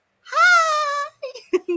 Hi